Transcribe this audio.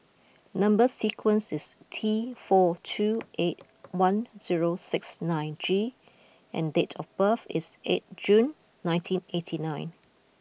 number sequence is T four two eight one zero six nine G and date of birth is eight June nineteen eighty nine